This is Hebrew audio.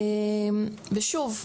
שוב,